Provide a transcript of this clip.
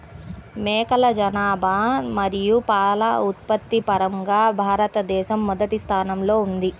మేకల జనాభా మరియు పాల ఉత్పత్తి పరంగా భారతదేశం మొదటి స్థానంలో ఉంది